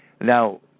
Now